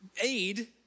aid